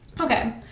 Okay